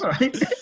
right